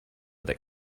that